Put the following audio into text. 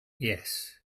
yes